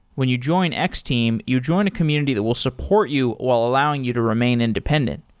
when you join x-team, you join a community that will support you while allowing you to remain independent.